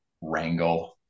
Wrangle